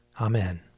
Amen